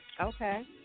Okay